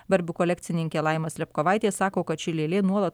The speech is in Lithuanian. barbė kolekcininkė laima slėpkovaitė sako kad ši lėlė nuolat